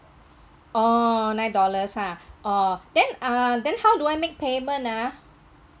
oo nine dollars ha oo then uh then how do I make payment ah